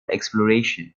exploration